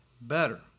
better